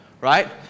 right